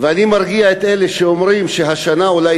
ואני מרגיע את אלה שאומרים שהשנה אולי